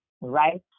right